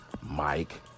Mike